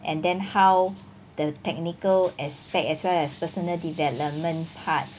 and then how the technical aspect as well as personal development part